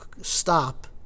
stop